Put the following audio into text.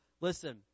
Listen